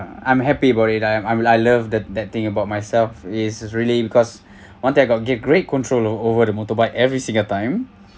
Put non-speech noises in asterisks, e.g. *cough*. uh I'm happy about it I am I love that that thing about myself is really because *breath* one thing that I got get great control o~ over the motorbike every single time